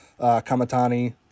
Kamatani